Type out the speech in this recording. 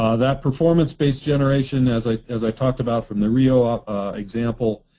ah that performance-based generation, as i as i talked about from the riio um example,